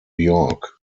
york